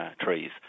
trees